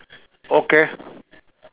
okay